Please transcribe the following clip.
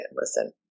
listen